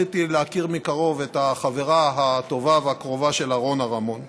זכיתי להכיר מקרוב את החברה הטובה והקרובה שלה רונה רמון.